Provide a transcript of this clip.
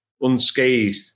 unscathed